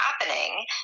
happening